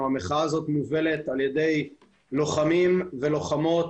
- שהמחאה הזאת מובלת על ידי לוחמים ולוחמות,